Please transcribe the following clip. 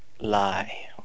lie